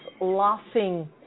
laughing